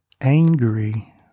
angry